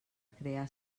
crear